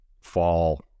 fall